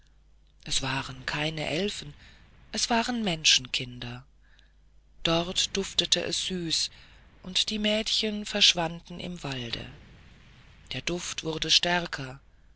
es waren keine elfen es waren menschenkinder dort duftete es süß und die mädchen verschwanden im walde der duft wurde stärker